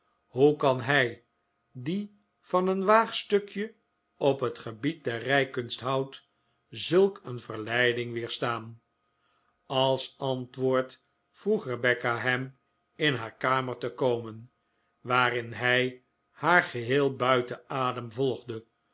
hoe kan hij die van een waagstukje op het gebied der rijkunst houdt zulk een verleiding weerstaan als antwoord vroeg rebecca hem in haar kamer te komen waarheen hij haar geheel buiten adem volgde